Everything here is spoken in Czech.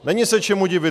Není se čemu divit!